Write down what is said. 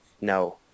no